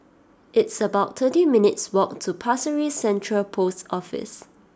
it's about thirty minutes' walk to Pasir Ris Central Post Office